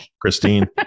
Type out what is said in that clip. Christine